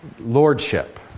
lordship